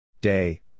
Day